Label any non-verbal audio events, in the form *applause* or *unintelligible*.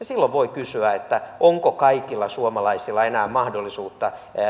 *unintelligible* silloin voi kysyä onko kaikilla suomalaisilla enää mahdollisuutta